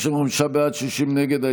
55 בעד, 60 נגד.